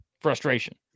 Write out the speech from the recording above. frustration